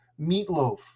Meatloaf